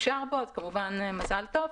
אם אפשר אז כמובן מזל טוב.